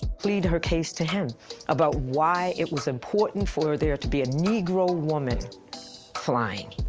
pleaded her case to him about why it was important for there to be a negro woman flying.